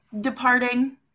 departing